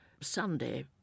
Sunday